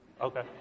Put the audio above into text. Okay